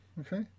okay